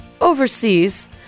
overseas